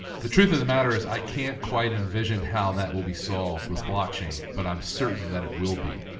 the truth of the matter is i can't quite envision how that will be solved with blockchain, but i'm certain that it will be,